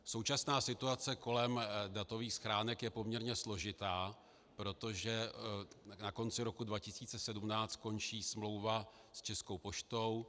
Současná situace kolem datových schránek je poměrně složitá, protože na konci roku 2017 končí smlouvy s Českou poštou.